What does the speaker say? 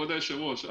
כבוד היושב-ראש,